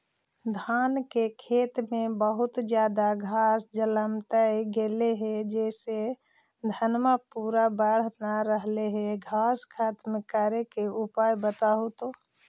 धान के खेत में बहुत ज्यादा घास जलमतइ गेले हे जेसे धनबा पुरा बढ़ न रहले हे घास खत्म करें के उपाय बताहु तो?